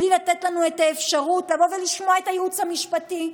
בלי לתת לנו את האפשרות לבוא ולשמוע את הייעוץ המשפטי,